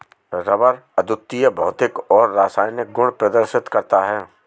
rubber अद्वितीय भौतिक और रासायनिक गुण प्रदर्शित करता है